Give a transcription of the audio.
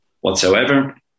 whatsoever